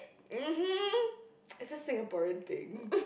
uh hmm is a Singaporean thing